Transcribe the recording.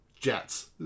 jets